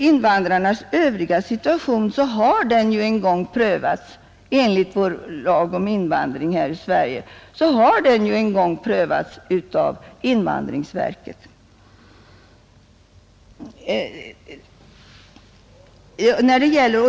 Invandrarnas övriga situation har ju en gång prövats av invandrarverket enligt vår lag om invandring.